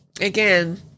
again